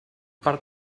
per